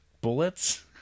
bullets